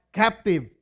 captive